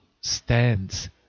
stands